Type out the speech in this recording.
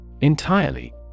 Entirely